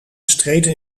streden